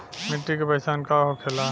मिट्टी के पहचान का होखे ला?